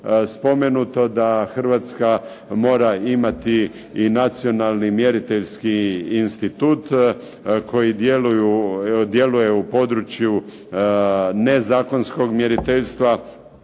spomenuto da Hrvatska mora imati i nacionalni mjeriteljski institut koji djeluje u području nezakonskog mjeriteljstva,